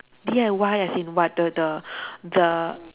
D_I_Y as in what the the the